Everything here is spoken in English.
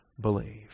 believe